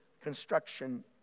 construction